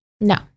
No